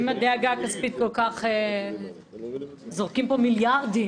אם הדאגה הכספית כל כך זורקים פה מיליארדים,